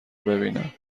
ببینم